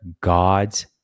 God's